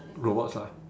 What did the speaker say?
robots lah